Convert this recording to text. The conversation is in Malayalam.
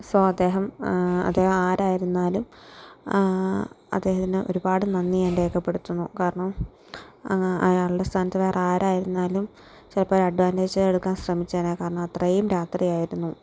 സോ അദ്ദേഹം അദ്ദേഹം ആരായിരുന്നാലും അദ്ദേഹത്തിന് ഒരുപാട് നന്ദി ഞാൻ രേഖപ്പെടുത്തുന്നു കാരണം അയാളുടെ സ്ഥാനത്ത് വേറെ ആരായിരുന്നാലും ചിലപ്പോൾ ഒരു അഡ്വാൻറ്റേജായി എടുക്കാൻ ശ്രമിച്ചേനെ കാരണം അത്രയും രാത്രി ആയിരുന്നു